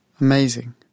Amazing